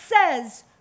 says